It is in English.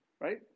right